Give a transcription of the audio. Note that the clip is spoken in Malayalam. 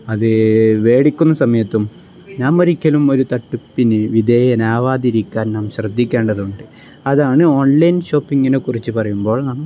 അത് മേടിക്കുന്ന സമയത്തും നാം ഒരിക്കലും ഒരു തട്ടിപ്പിന് വിധേയനാവാതിരിക്കാൻ നാം ശ്രദ്ധിക്കേണ്ടതുണ്ട് അതാണ് ഓൺലൈൻ ഷോപ്പിങ്ങിനെക്കുറിച്ചു പറയുമ്പോൾ നാം